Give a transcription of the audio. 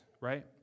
right